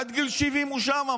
ועד גיל 70 הוא שם,